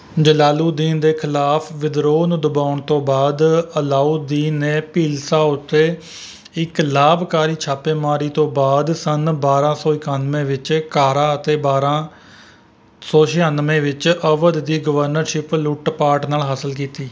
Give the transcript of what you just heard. ਜਲਾਲੂਦੀਨ ਦੇ ਖਿਲਾਫ਼ ਵਿਦਰੋਹ ਨੂੰ ਦਬਾਉਣ ਤੋਂ ਬਾਅਦ ਅਲਾਊਦੀਨ ਨੇ ਭੀਲਸਾ ਉੱਤੇ ਇੱਕ ਲਾਭਕਾਰੀ ਛਾਪੇਮਾਰੀ ਤੋਂ ਬਾਅਦ ਸੰਨ ਬਾਰਾਂ ਸੌ ਇਕਾਨਵੇਂ ਵਿੱਚ ਕਾਰਾ ਅਤੇ ਬਾਰਾਂ ਸੌ ਛਿਆਨਵੇਂ ਵਿੱਚ ਅਵਧ ਦੀ ਗਵਰਨਰਸ਼ਿਪ ਲੁੱਟ ਪਾਟ ਨਾਲ ਹਾਸਲ ਕੀਤੀ